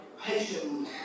patiently